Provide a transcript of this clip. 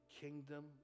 kingdom